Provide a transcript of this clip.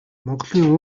монголын